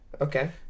Okay